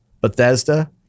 Bethesda